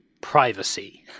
privacy